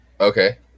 Okay